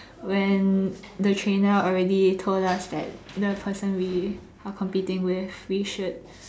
when the trainer already told us that the person we are competing with we should